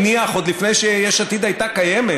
עוד לפני שיש עתיד הייתה קיימת,